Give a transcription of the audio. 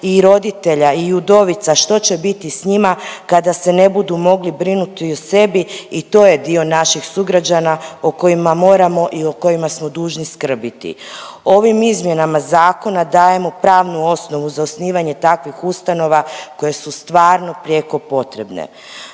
i roditelja i udovica što će biti s njima kada se ne budu mogli brinuti o sebi, i to je dio naših sugrađana o kojima moramo i o kojima smo dužni skrbiti. Ovim izmjenama zakona dajemo pravnu osnovu za osnivanje takvih ustanova koje su stvarno prijeko potrebne.